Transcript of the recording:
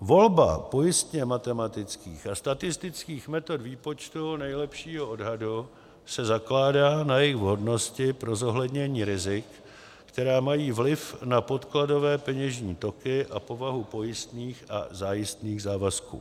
2. Volba pojistněmatematických a statistických metod výpočtu nejlepšího odhadu se zakládá na jejich vhodnosti pro zohlednění rizik, která mají vliv na podkladové peněžní toky a povahu pojistných a zajistných závazků.